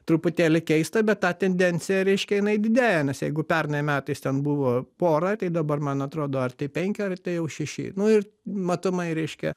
truputėlį keista bet ta tendencija reiškia jinai didėja nes jeigu pernai metais ten buvo pora tai dabar man atrodo ar tai penki ar tai jau šeši nu ir matomai reiškia